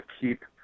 keep